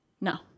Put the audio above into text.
No